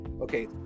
Okay